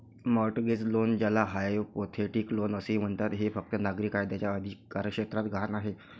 mortgage loan, ज्याला hypothecate loan असेही म्हणतात, हे फक्त नागरी कायद्याच्या अधिकारक्षेत्रात गहाण आहे